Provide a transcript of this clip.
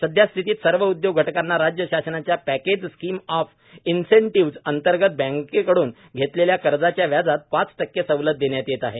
सद्यस्थितीत सर्व उदयोग घटकांना राज्य शासनाच्या पॅकेज स्कीम ऑफ इंनसेंटीव्हज अंतर्गत बँकेकड्न घेतलेल्या कर्जाच्या व्याजात पाच टक्के सवलत देण्यात येत आहे